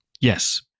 Yes